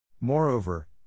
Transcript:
Moreover